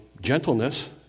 gentleness